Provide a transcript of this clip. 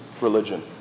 religion